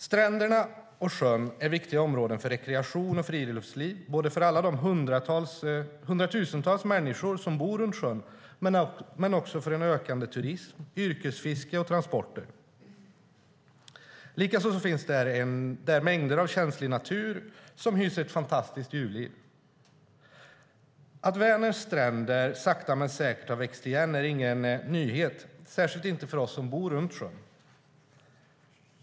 Stränderna och sjön är viktiga områden för rekreation och friluftsliv såväl för de hundratusentals människor som bor runt sjön som för ökande turism, yrkesfiske och transporter. Likaså finns där känslig natur som hyser ett fantastiskt djurliv. Att Vänerns stränder sakta men säkert har vuxit igen är ingen nyhet, särskilt inte för oss som bor runt sjön.